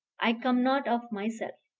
i come not of myself.